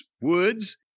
Woods